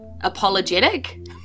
apologetic